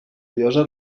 llosa